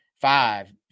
five